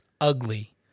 ugly